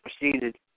proceeded